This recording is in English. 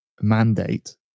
mandate